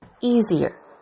easier